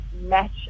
match